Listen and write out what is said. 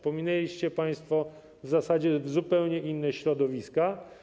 Pominęliście państwo w zasadzie zupełnie inne środowiska.